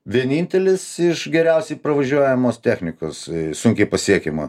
vienintelis iš geriausiai pravažiuojamos technikos sunkiai pasiekiama